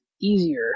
easier